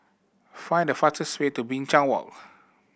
find the fastest way to Binchang Walk